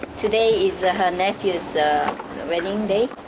today is ah her nephew's wedding day,